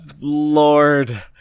Lord